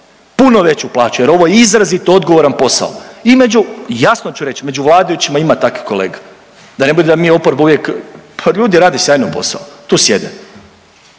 puno veću plaću jer ovo je izrazito odgovoran posao i među, jasno ću reć, među vladajućima ima takvih kolega, da ne budemo mi oporba uvijek, pa ljudi rade sjajno posao, tu sjede.